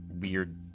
Weird